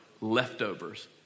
leftovers